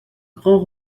grand